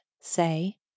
say